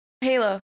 Halo